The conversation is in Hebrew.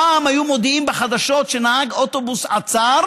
פעם היו מודיעים בחדשות שנהג אוטובוס עצר